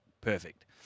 perfect